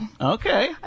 Okay